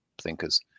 thinkers